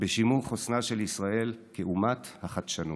בשימור חוסנה של ישראל כאומת החדשנות.